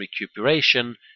recuperation